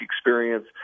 experience